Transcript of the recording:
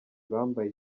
bambaye